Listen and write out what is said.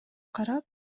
карап